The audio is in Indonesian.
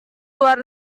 luar